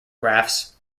graphs